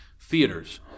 Theaters